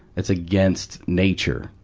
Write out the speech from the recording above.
that's against nature.